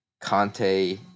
Conte